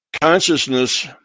Consciousness